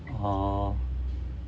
oh